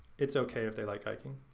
it's okay if they like hiking.